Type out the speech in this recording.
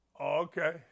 Okay